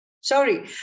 Sorry